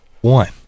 one